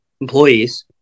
employees